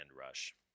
Rush